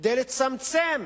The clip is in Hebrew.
ולצמצם